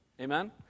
Amen